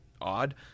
odd